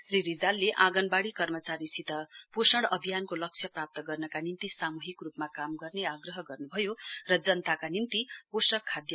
श्री रिजालले आँगनवाड़ी कर्मचारीसित पोषण अभियानको लक्ष्य प्राप्त गर्नका निम्ति सामूहिक रुपमा काम गर्ने आग्रह गर्नुभयो र जनताका निम्ति पोषक खाधको महत्वमाथि जोड़ दिनुभयो